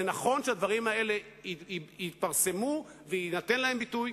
נכון שהדברים האלה יתפרסמו ויינתן להם ביטוי,